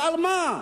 ועל מה?